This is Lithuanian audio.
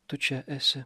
tu čia esi